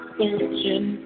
searching